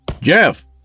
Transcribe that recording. Jeff